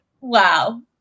Wow